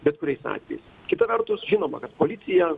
bet kuriais atvejais kita vertus žinoma kad policija